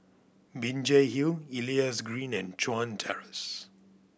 Binjai Hill Elias Green and Chuan Terrace